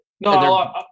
No